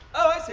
oh. i see!